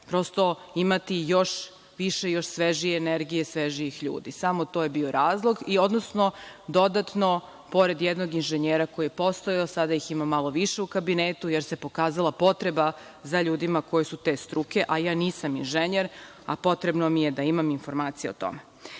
kroz to imati još više, još svežije energije, svežijih ljudi. Samo to je bio razlog i dodatno, pored jednog inženjera koji je postojao, sada ih ima malo više u kabinetu, jer se pokazala potreba za ljudima koji su te struke, a ja nisam inženjer, a potrebno mi je da imam informacije o